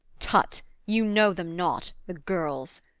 tut, you know them not, the girls.